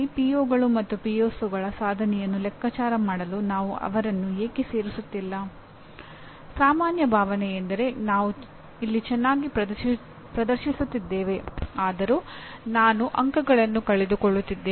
ಈಗ ಟಿಎಎಲ್ಇ ಈ ಅವಶ್ಯಕತೆಗಳನ್ನು ಪೂರೈಸಲು ಶಿಕ್ಷಕರಿಗೆ ಅನುಕೂಲವಾಗುವಂತೆ ವಿನ್ಯಾಸಗೊಳಿಸಲಾದ ಪಠ್ಯಕ್ರಮವಾಗಿದೆ